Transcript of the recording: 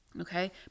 Okay